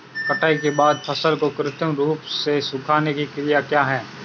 कटाई के बाद फसल को कृत्रिम रूप से सुखाने की क्रिया क्या है?